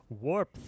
Warp